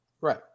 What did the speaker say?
Right